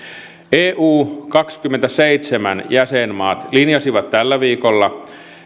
eu kaksikymmentäseitsemän jäsenmaat linjasivat tällä viikolla